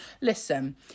Listen